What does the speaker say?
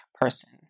person